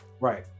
right